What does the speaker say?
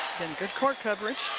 and good court coverage.